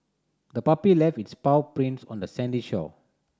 the puppy left its paw prints on the sandy shore